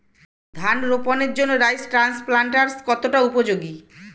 ধান রোপণের জন্য রাইস ট্রান্সপ্লান্টারস্ কতটা উপযোগী?